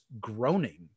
groaning